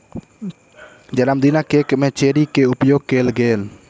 जनमदिनक केक में चेरी के उपयोग कएल गेल